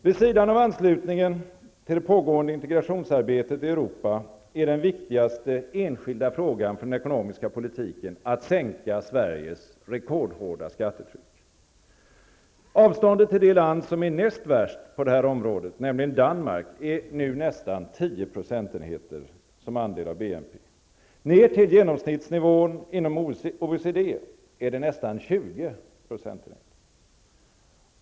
Vid sidan av anslutningen till det pågående integrationsarbetet i Europa är den viktigaste enskilda frågan för den ekonomiska politiken att sänka Sveriges rekordhårda skattetryck. Avståndet till det land som är näst värst på detta område, nämligen Danmark, är nu nästan 10 procentenheter som andel av BNP. Ner till genomsnittsnivån inom OECD är det nästan 20 procentenheter.